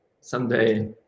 someday